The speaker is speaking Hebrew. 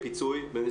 בוא ניתן 400,